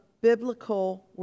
biblical